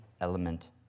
element